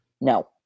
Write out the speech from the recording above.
No